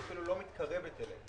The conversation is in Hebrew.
הן אפילו לא מתקרבות ל-20%.